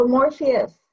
Morpheus